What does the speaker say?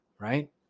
Right